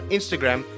Instagram